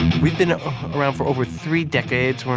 we've been around for over three decades.